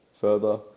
further